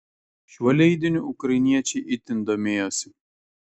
šiuo leidiniu ukrainiečiai itin domėjosi